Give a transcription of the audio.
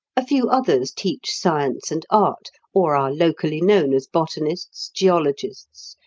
a few others teach science and art, or are locally known as botanists, geologists,